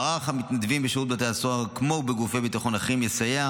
מערך המתנדבים בשירות בתי הסוהר כמו בגופי ביטחון אחרים יסייע